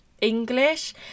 English